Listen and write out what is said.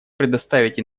предоставить